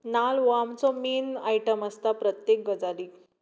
नाल्ल हो आमचो मेन आयटम आसता प्रत्येक गजालीक